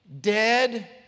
dead